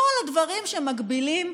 כל הדברים שמגבילים,